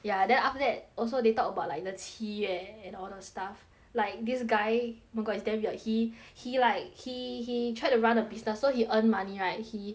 ya then after that also they talk about like the 七月 and all those stuff like this guy oh my god is damn weird he he like he he tried to run a business so he earn money right he